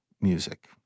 music